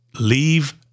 leave